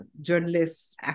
journalists